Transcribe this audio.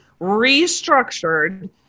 restructured